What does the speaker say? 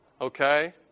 okay